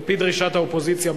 על-פי דרישת האופוזיציה,